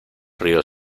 río